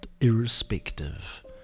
irrespective